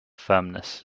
firmness